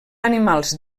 animals